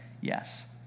Yes